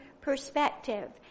perspective